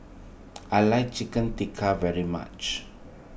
I like Chicken Tikka very much